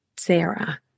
Sarah